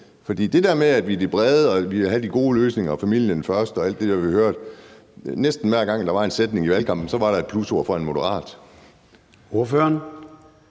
for det der med, at man er de brede og man vil have de gode løsninger og familien først og alt det, vi hørte – næsten hver gang der var en sætning i valgkampen, var der et plusord fra en moderat. Kl.